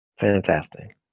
fantastic